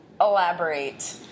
Elaborate